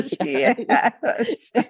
yes